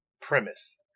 Premise